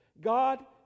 God